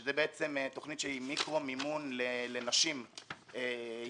שזה בעצם תוכנית שהיא מיקרו מימון לנשים יצרניות,